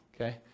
Okay